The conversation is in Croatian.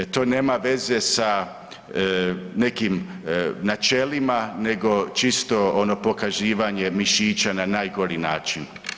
To nema veze sa nekim načelima nego čisto ono pokazivanje mišića na najgori način.